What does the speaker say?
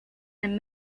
and